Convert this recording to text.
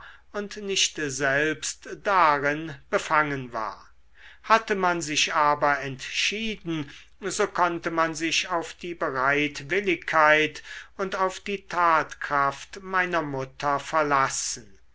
und nicht selbst darin befangen war hatte man sich aber entschieden so konnte man sich auf die bereitwilligkeit und auf die tatkraft meiner mutter verlassen